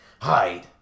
Hide